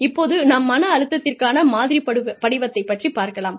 இப்போது நாம் மன அழுத்தத்திற்கான மாதிரி படிவத்தை பற்றிப் பார்க்கலாம்